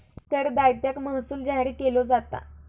करदात्याक महसूल जाहीर केलो जाता